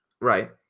Right